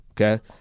Okay